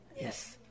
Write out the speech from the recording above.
Yes